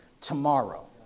tomorrow